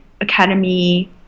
Academy